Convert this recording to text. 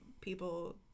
people